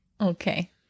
Okay